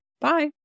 Bye